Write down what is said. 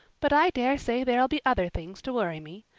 but i dare say there'll be other things to worry me.